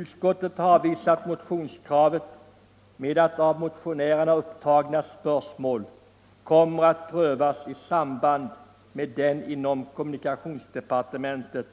Utskottet har avstyrkt motionskravet med att av motionärerna upptagna spörsmål kommer att prövas i samband med den inom kommunikationsdepartementet